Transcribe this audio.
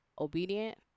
obedient